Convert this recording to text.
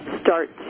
start